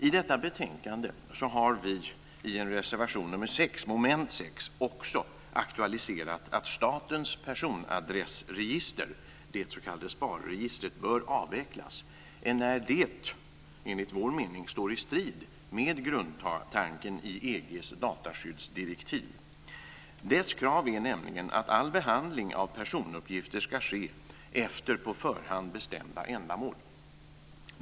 I detta betänkande har vi i reservation 6 under mom. 6 också aktualiserat att statens personadressregister, det s.k. SPAR-registret, bör avvecklas, enär det enligt vår mening står i strid med grundtanken i EG:s dataskyddsdirektiv. Dess krav är nämligen att all behandling av personuppgifter ska ske efter på förhand bestämda ändamål.